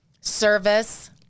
service